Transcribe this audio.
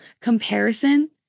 comparison